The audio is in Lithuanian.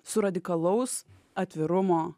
su radikalaus atvirumo